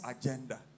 agenda